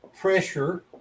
pressure